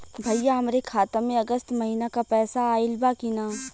भईया हमरे खाता में अगस्त महीना क पैसा आईल बा की ना?